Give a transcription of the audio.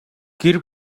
гэр